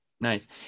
Nice